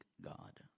God